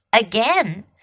again